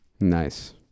Nice